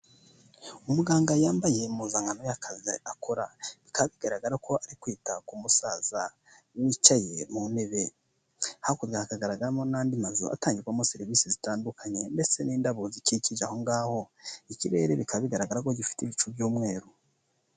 Umuganga yambaye impuzankano y'akazi akora, bikaba bigaragara ko ari kwita ku musaza wicaye mu ntebe, hakurya hakagaragaramo n'andi mazu atangirwamo serivisi zitandukanye ndetse n'indabo zikikije aho ngaho, ikirere bikaba bigaragara ko gifite ibicu by'umweru.